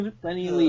Plenty